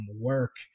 work